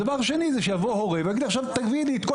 דבר שני הוא שיבוא הורה ויגיד שעכשיו יראו לו את כל